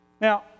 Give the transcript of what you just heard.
Now